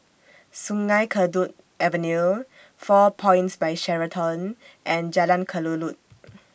Sungei Kadut Avenue four Points By Sheraton and Jalan Kelulut